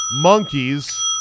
monkeys